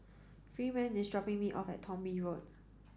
Freeman is dropping me off at Thong Bee Road